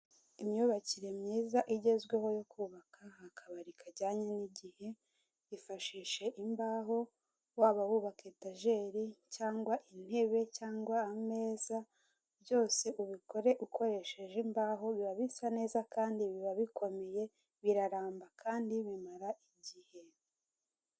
Imyubakire myiza igezweho yo kubaka akabari kajyanye n'igihe, ifashishe imbaho, waba wubaka etajeri cyangwa intebe cyangwa ameza, byose ubikore ukoresheje imbaho, biba bisa neza kandi biba bikomeye, biraramba kandi bimara igihe.